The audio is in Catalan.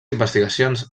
investigacions